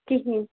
کِہیٖنٛۍ